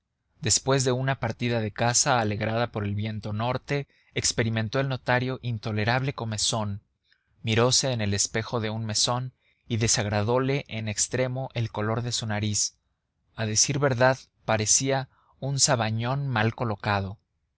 después de una partida de caza alegrada por el viento norte experimentó el notario intolerable comezón mirose en el espejo de un mesón y desagradole en extremo el color de su nariz a decir verdad parecía un sabañón mal colocado